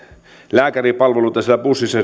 lääkäripalveluita bussissa